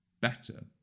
better